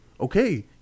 okay